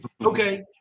okay